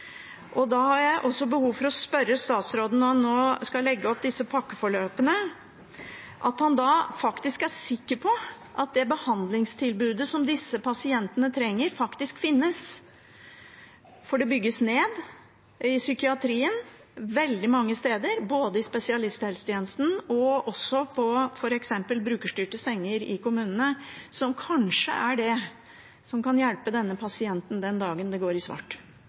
veien. Da har jeg behov for å spørre statsråden når han nå skal legge opp disse pakkeforløpene, om han da er sikker på at det behandlingstilbudet som disse pasientene trenger, faktisk finnes. For det bygges ned i psykiatrien veldig mange steder, både i spesialisthelsetjenesten og når det gjelder f.eks. brukerstyrte senger i kommunene, som kanskje er det som kan hjelpe denne pasienten den dagen det går i svart.